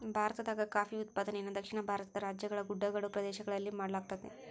ಭಾರತದಾಗ ಕಾಫಿ ಉತ್ಪಾದನೆಯನ್ನ ದಕ್ಷಿಣ ಭಾರತದ ರಾಜ್ಯಗಳ ಗುಡ್ಡಗಾಡು ಪ್ರದೇಶಗಳಲ್ಲಿ ಮಾಡ್ಲಾಗತೇತಿ